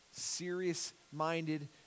serious-minded